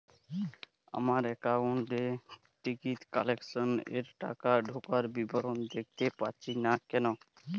আমার একাউন্ট এ ticket cancellation এর টাকা ঢোকার বিবরণ দেখতে পাচ্ছি না কেন?